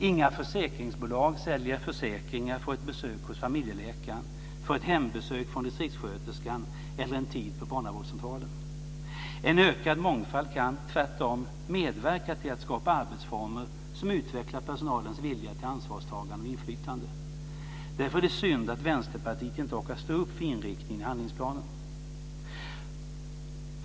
Inga försäkringsbolag säljer försäkringar för ett besök hos familjeläkaren, för ett hembesök från distriktssköterskan eller en tid på barnavårdscentralen. En ökad mångfald kan tvärtom medverka till att skapa arbetsformer som utvecklar personalens vilja till ansvarstagande om inflytande. Därför är det synd att Vänsterpartiet inte orkar stå upp för inriktningen i handlingsplanen.